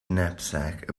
knapsack